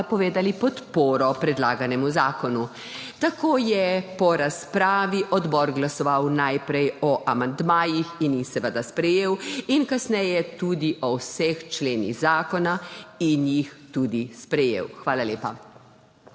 napovedali podporo predlaganemu zakonu. Tako je po razpravi odbor glasoval najprej o amandmajih in jih seveda sprejel ter kasneje tudi o vseh členih zakona in jih tudi sprejel. Hvala lepa.